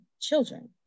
children